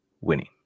winning